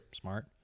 Smart